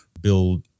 build